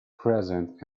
present